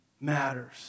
matters